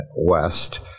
West